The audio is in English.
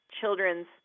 children's